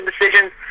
decisions